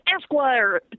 Esquire